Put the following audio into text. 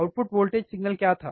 output signal क्या था